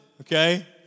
okay